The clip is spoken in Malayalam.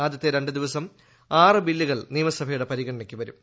ആദ്യത്തെ രണ്ട് ദിവസം ആറ് ബില്ലുകൾ നിയമസഭയുടെട്ട് പ്രിഗണനയ്ക്ക് വരും